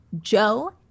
Joe